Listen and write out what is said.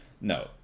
No